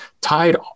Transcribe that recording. tied